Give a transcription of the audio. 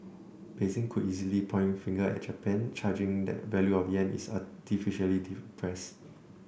Beijing could easily point a finger at Japan charging that the value of the yen is artificially suppressed